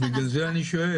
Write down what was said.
אז --- בגלל זה אני שואל.